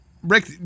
Rick